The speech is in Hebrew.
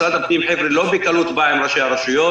משרד הפנים לא בא בקלות לראשי הרשויות,